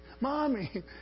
Mommy